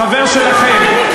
חבר שלכם.